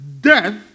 death